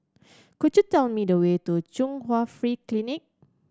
could you tell me the way to Chung Hwa Free Clinic